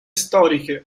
storiche